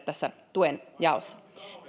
tässä tuen jaossa